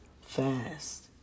fast